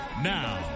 Now